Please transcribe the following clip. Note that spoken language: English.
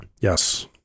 Yes